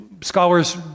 scholars